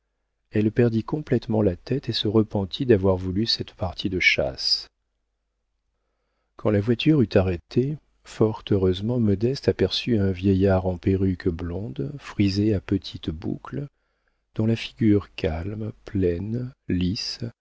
elle perdit complétement la tête et se repentit d'avoir voulu cette partie de chasse quand la voiture eut arrêté fort heureusement modeste aperçut un vieillard en perruque blonde frisée à petites boucles dont la figure calme pleine lisse